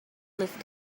lift